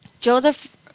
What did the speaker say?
Joseph